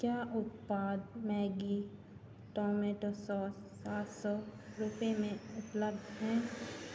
क्या उत्पाद Maggi tomato sauce सात सौ रुपये में उपलब्ध है